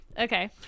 Okay